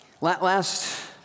last